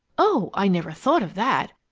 oh i never thought of that.